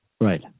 right